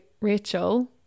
Rachel